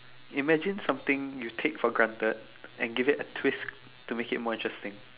imagine something you take for granted and give it a twist to make it more interesting